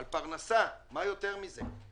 על פרנסה, מה יותר מזה.